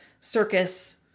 circus